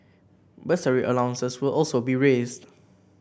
bursary allowances will also be raised